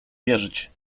wierzyć